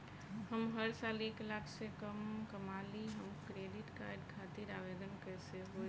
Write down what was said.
हम हर साल एक लाख से कम कमाली हम क्रेडिट कार्ड खातिर आवेदन कैसे होइ?